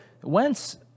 Whence